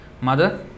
Mother